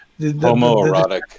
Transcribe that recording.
homoerotic